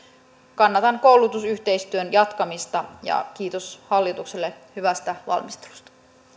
kannatan koulutusyhteistyön jatkamista ja kiitos hallitukselle hyvästä valmistelusta